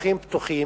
שטחים פתוחים,